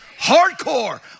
Hardcore